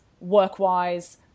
work-wise